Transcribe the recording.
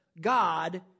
God